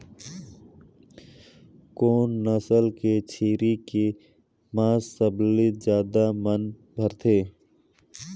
कोन नस्ल के छेरी के मांस सबले ज्यादा मन भाथे?